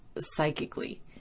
psychically